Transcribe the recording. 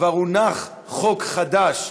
כבר הונח חוק חדש,